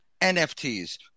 nfts